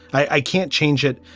i can't change it,